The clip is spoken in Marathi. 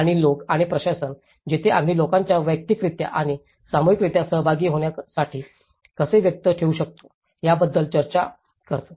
आणि लोक आणि प्रशासन जिथे आम्ही लोकांना वैयक्तिकरित्या आणि सामूहिकरित्या सहभागी होण्यासाठी कसे व्यस्त ठेवू शकतो याबद्दल चर्चा करतो